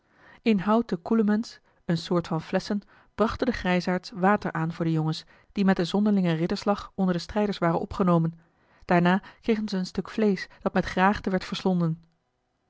in houten koelemens eene soort van flesschen brachten de grijsaards water aan voor de jongens die met den zonderlingen ridderslag onder de strijders waren opgenomen daarna kregen ze een stuk vleesch dat met graagte werd